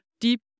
deep